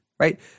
Right